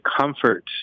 comfort